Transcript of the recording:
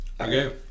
Okay